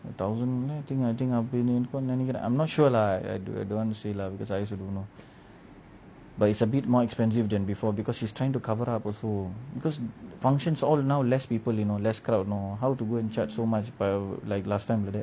a thousand I think I think அப்டி இருக்கும்னு நினைக்குறேன்:apdi irukkumnu ninaikuraen I'm not sure lah don't want to say lah because I also don't know but it's a bit more expensive than before because she's trying to cover up also because functions all now less people you know less crowd you know how to go and charge so much like last time like that